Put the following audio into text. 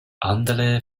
andere